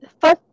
first